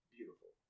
Beautiful